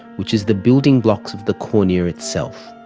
which is the building blocks of the cornea itself.